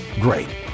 Great